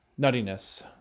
nuttiness